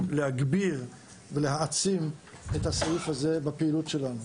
להגביר ולהעצים את הסעיף הזה בפעילות שלנו.